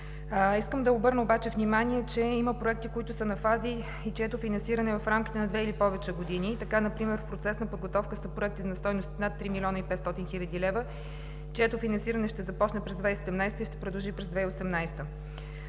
Искам да обърна обаче внимание, че има проекти, които са на фази, и чието финансиране е в рамките на две или повече години. Така например в процес на подготовка са проекти на стойност над 3 млн. и 500 хил. лв., чието финансиране ще започне през 2017 г. и ще продължи през 2018